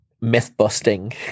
myth-busting